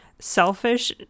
Selfish